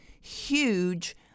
huge